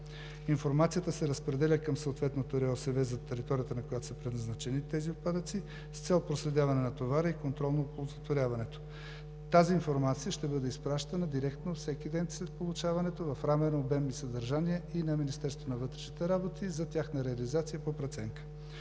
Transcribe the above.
Информацията се разпределя към съответното РИОСВ за територията, на която са предназначени тези отпадъци, с цел проследяване на товара и контрол по оползотворяването. Тази информация ще бъде изпращана директно всеки ден след получаването в равен обем и съдържание и на Министерството на вътрешните работи за тяхна реализация, по преценка.